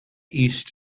east